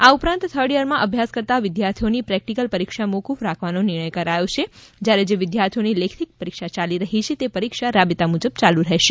આ ઉપરાંત થર્ડ યરમાં અભ્યાસ કરતાં વિદ્યાર્થીઓની પ્રેક્ટિકલ પરીક્ષા મોફફ રાખવાનો નિર્ણય કરાયો છે જ્યારે જે વિ દ્યાર્થીઓની લેખિત પરીક્ષા યાલી રહી છે પરીક્ષા રાબેતા મુજબ ચાલુ રહેશે